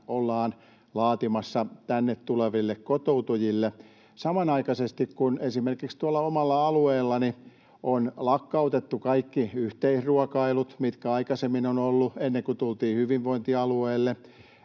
ollaan laatimassa tänne tuleville kotoutujille samanaikaisesti, kun esimerkiksi tuolla omalla alueellani on lakkautettu kaikki yhteisruokailut, mitkä aikaisemmin ovat olleet, ennen kuin tultiin hyvinvointialueelle.